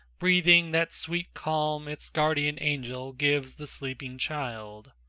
breathing that sweet calm its guardian angel gives the sleeping child.